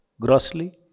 grossly